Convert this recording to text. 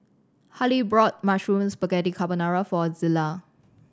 Hailee brought Mushroom Spaghetti Carbonara for Zillah